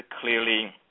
clearly